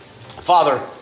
Father